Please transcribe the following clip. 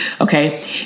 okay